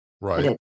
Right